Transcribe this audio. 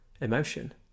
emotion